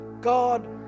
God